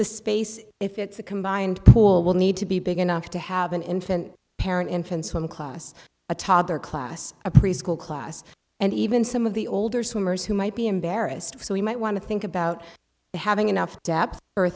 the space if it's a combined pool will need to be big enough to have an infant parent infants one class a toddler class a preschool class and even some of the older swimmers who might be embarrassed so we might want to think about having enough